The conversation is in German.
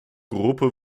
gruppe